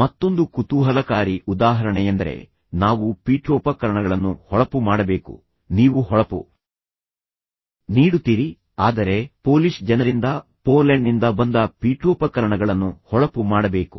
ಮತ್ತೊಂದು ಕುತೂಹಲಕಾರಿ ಉದಾಹರಣೆಯೆಂದರೆ ನಾವು ಪೀಠೋಪಕರಣಗಳನ್ನು ಹೊಳಪು ಮಾಡಬೇಕು ನೀವು ಹೊಳಪು ನೀಡುತ್ತೀರಿ ಆದರೆ ಪೋಲಿಷ್ ಜನರಿಂದ ಪೋಲೆಂಡ್ನಿಂದ ಬಂದ ಪೀಠೋಪಕರಣಗಳನ್ನು ಹೊಳಪು ಮಾಡಬೇಕು